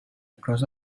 across